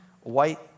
white